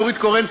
נורית קורן,